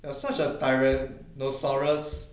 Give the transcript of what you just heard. you are such a tyrant notorious